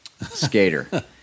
skater